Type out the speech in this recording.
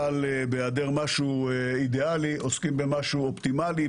אבל בהיעדר משהו אידאלי, עוסקים במשהו אופטימלי.